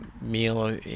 meal